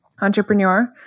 entrepreneur